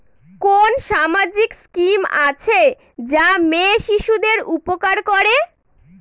কোন সামাজিক স্কিম আছে যা মেয়ে শিশুদের উপকার করে?